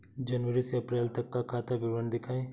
जनवरी से अप्रैल तक का खाता विवरण दिखाए?